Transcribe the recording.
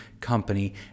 company